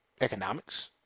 Economics